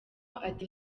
ati